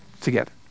together